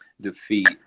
defeat